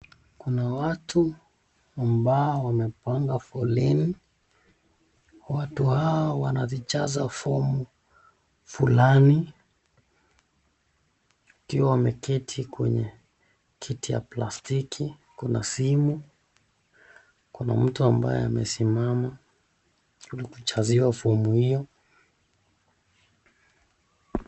Kuna watu ambao wamepanga foleni, watu hawa wanazijaza fomu fulani, wakiwa wameketi kwenye kiti ya plastiki, kuna simu, kuna mtu ambaye amesimama ili kujaziwa fomu hio.